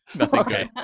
okay